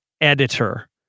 editor